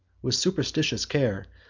with superstitious care,